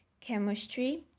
chemistry